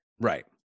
Right